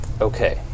okay